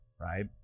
right